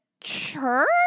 church